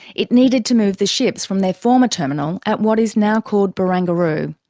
it needed to move the ships from their former terminal at what is now called barangaroo.